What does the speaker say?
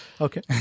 Okay